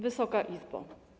Wysoka Izbo!